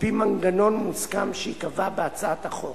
על-פי מנגנון מוסכם שייקבע בהצעת החוק.